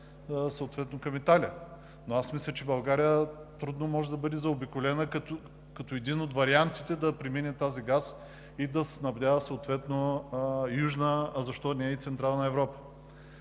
съответно към Италия. Но аз мисля, че България трудно може да бъде заобиколена като един от вариантите да премине тази газ и да снабдява съответно Южна, а защо не и Централна Европа?